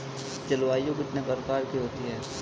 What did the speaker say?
जलवायु कितने प्रकार की होती हैं?